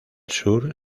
sur